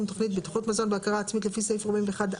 תוכנית בטיחות מזון בבקרה עצמית לפי סעיף 41(ב)"